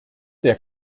der